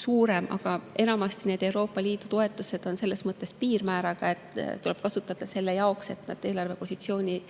suurem. Aga enamasti on need Euroopa Liidu toetused selles mõttes piirmääraga, et neid tuleb kasutada [nii], et nad eelarve positsiooni